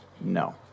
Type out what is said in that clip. No